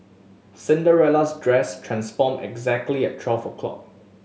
Cinderella's dress transformed exactly at twelve o'clock